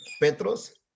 petros